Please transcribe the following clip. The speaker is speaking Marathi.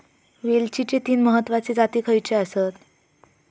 वेलचीचे तीन महत्वाचे जाती खयचे आसत?